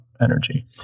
energy